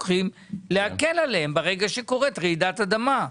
להקל עליהם ברגע שקורית רעידת אדמה,